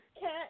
Cat